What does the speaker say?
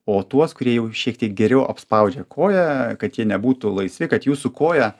o tuos kurie jau šiek tiek geriau apspaudžia koją kad jie nebūtų laisvi kad jūsų koja